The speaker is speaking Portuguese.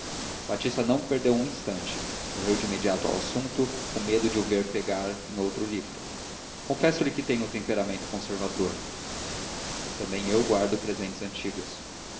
batista não perdeu um instante correu imediato ao assunto com medo de o ver pegar em outro livro confesso-lhe que tenho o temperamento conservador também eu guardo presentes antigos